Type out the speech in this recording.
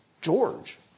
George